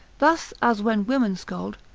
thus, as when women scold,